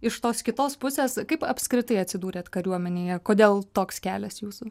iš tos kitos pusės kaip apskritai atsidūrėt kariuomenėje kodėl toks kelias jūsų